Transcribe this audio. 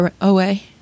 away